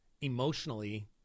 emotionally